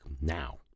now